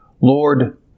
Lord